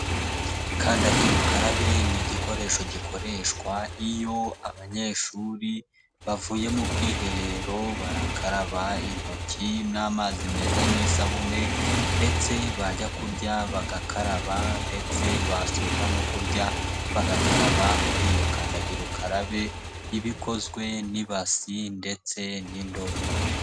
Kandagira ukarabe ni igikoresho gikoreshwa iyo abanyeshuri bavuye mu bwiherero, barakaraba intoki n'amazi meza n'isabune, ndetse bajya kurya bagakaraba, ndetse basoza no kurya bagakaraba muri iyo kandagira ukarabe, iba ikozwe n'ibasi ndetse n'indobo.